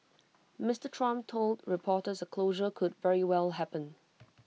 Mister Trump told reporters A closure could very well happen